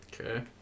Okay